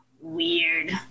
weird